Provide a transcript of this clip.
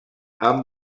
amb